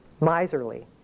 miserly